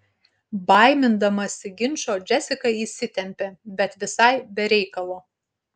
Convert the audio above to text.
baimindamasi ginčo džesika įsitempė bet visai be reikalo